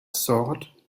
thought